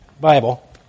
Bible